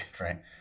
right